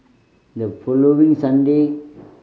the following Sunday